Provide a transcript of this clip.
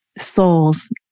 souls